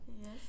Yes